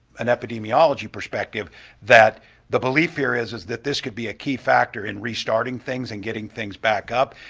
and epidemiology perspective that the belief here is is that this could be a key factor tore in restarting things and getting things back up.